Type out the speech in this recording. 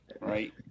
Right